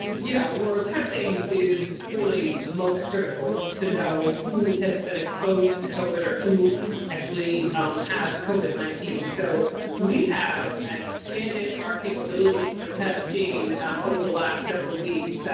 yeah, well, testing is clearly most critical to know who has been exposed to covid or who actually um has covid nineteen. so we have expanded our capabilities for testing um over the last several weeks.